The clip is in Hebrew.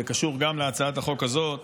זה קשור גם להצעת החוק הזאת.